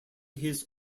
his